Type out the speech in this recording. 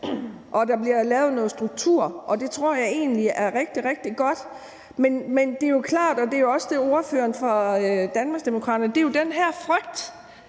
og der bliver lavet en struktur, og det tror jeg egentlig er rigtig, rigtig godt. Men det er jo også klart, at der, som ordføreren fra Danmarksdemokraterne også sagde det, er den her frygt